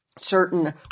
Certain